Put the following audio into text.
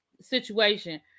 situation